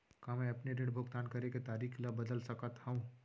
का मैं अपने ऋण भुगतान करे के तारीक ल बदल सकत हो?